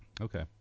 Okay